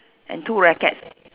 and two rackets